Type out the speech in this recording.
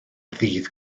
ddydd